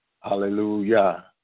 Hallelujah